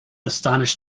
astonished